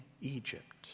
Egypt